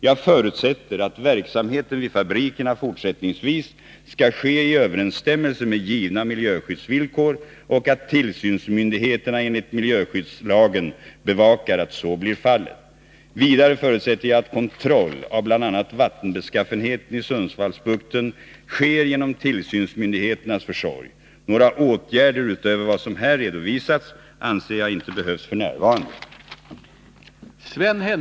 Jag förutsätter att verksamheten vid fabrikerna fortsättningsvis skall ske i överensstämmelse med givna miljöskyddsvillkor och att tillsynsmyndigheterna enligt miljöskyddslagen bevakar att så blir fallet. Vidare förutsätter jag att kontroll av bl.a. vattenbeskaffenheten i Sundsvallsbukten sker genom tillsynsmyndigheternas försorg. Några åtgärder utöver vad som här redovisats anser jag inte behövs f. n.